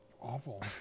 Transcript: awful